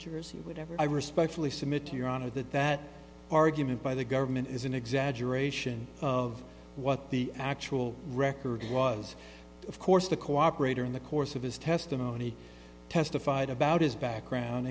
jersey would ever i respectfully submit to your honor that that argument by the government is an exaggeration of what the actual record was of course the cooperator in the course of his testimony testified about his background